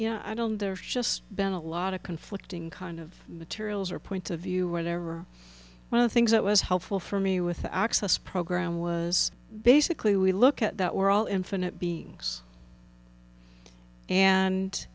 know i don't there's just been a lot of conflicting kind of materials or point of view or there were other things that was helpful for me with the access program was basically we look at that we're all infinite being and